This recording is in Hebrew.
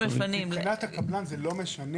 מבחינת הקמה זה לא משנה.